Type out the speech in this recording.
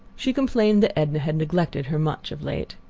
she complained that edna had neglected her much of late.